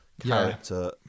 Character